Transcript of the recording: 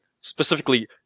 specifically